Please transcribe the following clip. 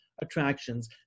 attractions